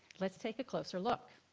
let's take a closer look.